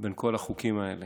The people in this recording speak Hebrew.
בין כל החוקים האלה?